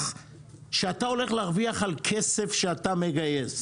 שאתה הולך להרוויח על כסף שאתה מגייס,